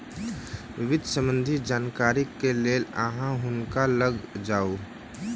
वित्त सम्बन्धी जानकारीक लेल अहाँ हुनका लग जाऊ